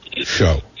Show